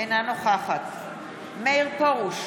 אינה נוכחת מאיר פרוש,